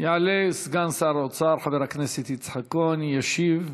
יעלה סגן שר האוצר חבר הכנסת יצחק כהן וישיב,